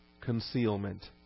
concealment